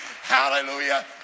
Hallelujah